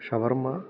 ഷവർമ്മ